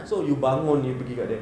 so you bangun you pergi dekat dia